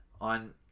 on